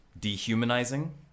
dehumanizing